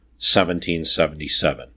1777